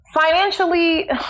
financially